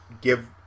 give